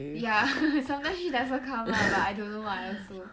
ya sometimes she doesn't come lah but I don't know lah also